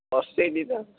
ഔസ്ട്രേലിയയിലാണ്